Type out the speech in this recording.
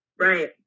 Right